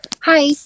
Hi